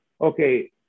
okay